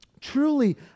Truly